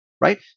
right